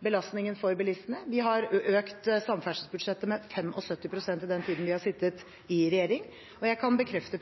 belastningen for bilistene. Vi har økt samferdselsbudsjettet med 75 pst. i den tiden vi har sittet i regjering, og jeg kan bekrefte